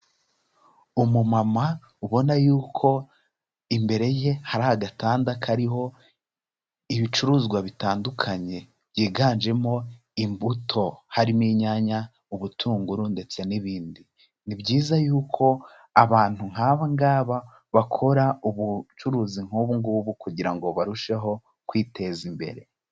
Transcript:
Umumama ubona y'uko imbere ye hari agatanda kariho ibicuruzwa bitandukanye, byiganjemo imbuto, harimo inyanya, ubutunguru ndetse n'ibindi, ni byiza y'uko abantu nk'aba ngaba bakora ubucuruzi nk'ubu ngubu kugira ngo barusheho kwiteza imbere.